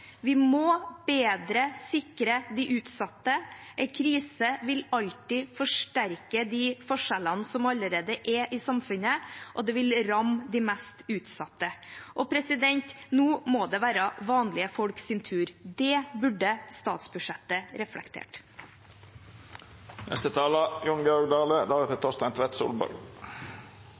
Vi må sikre de utsatte bedre. En krise vil alltid forsterke de forskjellene som allerede er i samfunnet, og det vil ramme de mest utsatte. Nå må det være vanlige folks tur. Det burde statsbudsjettet